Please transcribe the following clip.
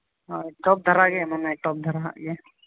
ᱦᱳᱭ ᱴᱚᱯ ᱫᱷᱟᱨᱮ ᱜᱮ ᱢᱟᱱᱮ ᱴᱚᱯ ᱫᱷᱟᱨᱟ ᱦᱟᱸᱜ ᱜᱮ